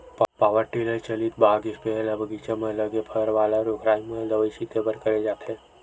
power tiller चलित बाग sprayer ल बगीचा म लगे फर वाला रूख राई म दवई छिते बर करे जाथे